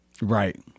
Right